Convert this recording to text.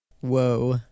Whoa